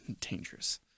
dangerous